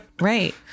right